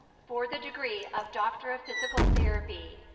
for the degree of doctor of physical therapy,